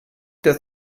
der